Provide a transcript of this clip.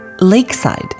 lakeside